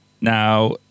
now